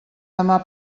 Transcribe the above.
demà